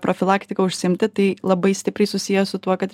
profilaktika užsiimti tai labai stipriai susiję su tuo kad